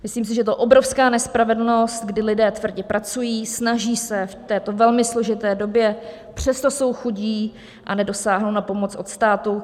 Myslím si, že je to obrovská nespravedlnost, kdy lidé tvrdě pracují, snaží se v této velmi složité době, přesto jsou chudí a nedosáhnou na pomoc od státu.